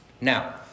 Now